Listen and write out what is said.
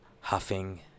huffing